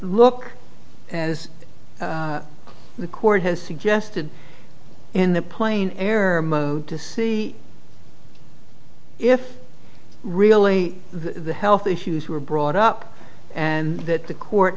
look as the court has suggested in the plain error mode to see if really the health issues were brought up and that the court